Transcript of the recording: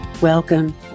Welcome